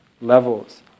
levels